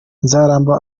nzaramba